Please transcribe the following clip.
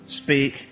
speak